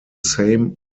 same